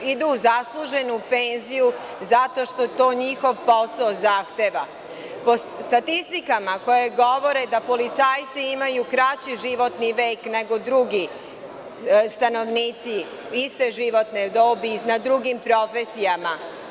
Idu u zasluženu penziju zato što to njihov posao zahteva, po statistikama koje govore da policajci imaju kraći životni vek nego drugi stanovnici iste životne dobi na drugim profesijama.